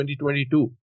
2022